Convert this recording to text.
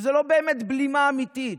זו לא באמת בלימה אמיתית,